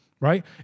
Right